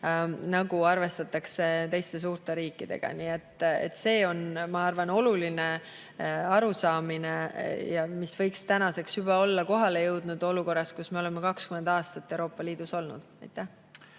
nagu teiste, suurte riikidega. Nii et see on, ma arvan, oluline arusaamine, mis võiks tänaseks juba olla kohale jõudnud, olukorras, kus me oleme 20 aastat Euroopa Liidus olnud.